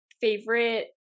favorite